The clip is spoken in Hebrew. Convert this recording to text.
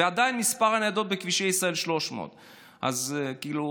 ועדיין מספר הניידות בכבישי ישראל הוא 300. אז כאילו